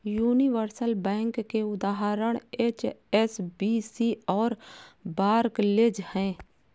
universal bank के उदाहरण HSBC और बार्कलेज हैं